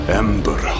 ember